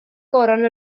goron